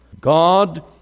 God